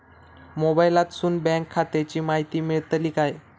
मोबाईलातसून बँक खात्याची माहिती मेळतली काय?